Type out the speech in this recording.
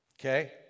okay